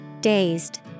Dazed